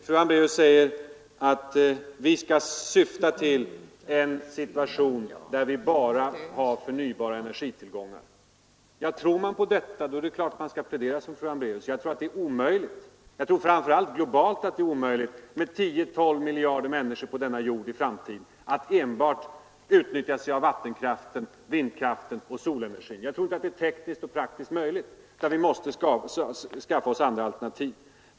Fru Hambraeus säger att vårt mål skall vara att bara använda förnybara energitillgångar. Tror man på det skall man naturligtvis plädera som fru Hambraeus. Jag tror att det är omöjligt att med 10—12 miljarder människor på denna jord i framtiden enbart använda sig av vattenkraften, vindkraften och solenergin. Jag tror inte att det är tekniskt och praktiskt möjligt. Vi måste skaffa oss andra alternativ.